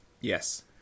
Yes